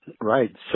Right